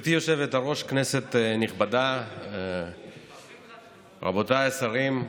גברתי היושבת-ראש, כנסת נכבדה, רבותיי השרים,